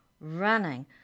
running